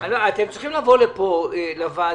אתם צריכים לבוא לוועדה,